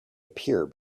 appear